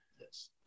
Yes